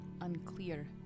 unclear